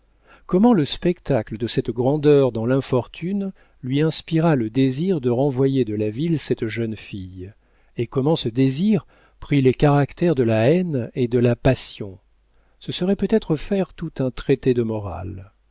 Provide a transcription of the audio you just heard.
comment le spectacle de cette grandeur dans l'infortune lui inspira le désir de renvoyer de la ville cette jeune fille et comment ce désir prit les caractères de la haine et de la passion ce serait peut-être faire tout un traité de morale